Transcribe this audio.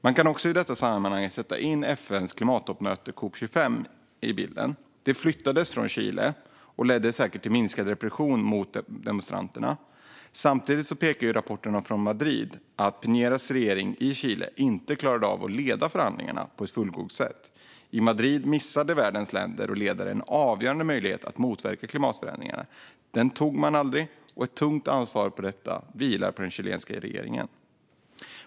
Man kan också i detta sammanhang sätta in FN:s klimattoppmöte COP 25 i bilden. Att det flyttades från Chile ledde säkert till minskad repression mot demonstranterna. Samtidigt pekar rapporterna från Madrid på att Piñeras regering i Chile inte klarade av att leda förhandlingarna på ett fullgott sätt. I Madrid missade världens länder och ledare en avgörande möjlighet att motverka klimatförändringarna. Den tog man aldrig, och ett tungt ansvar för detta vilar på den chilenska regeringen.